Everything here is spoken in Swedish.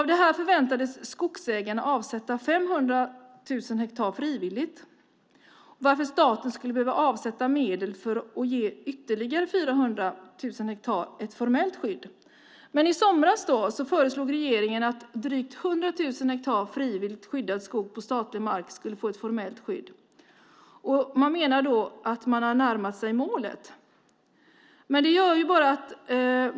Av detta förväntades skogsägarna avsätta 500 000 hektar frivilligt, varför staten skulle behöva avsätta medel för att ge ytterligare 400 000 hektar ett formellt skydd. I somras föreslog regeringen att drygt 100 000 hektar frivilligt skyddad skog på statlig mark skulle få ett formellt skydd. Man menar att man då har närmat sig målet.